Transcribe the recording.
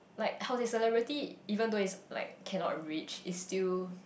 like how to say celebrity even though is like cannot reach is still